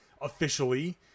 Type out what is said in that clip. officially